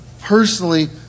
personally